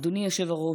אדוני היושב-ראש,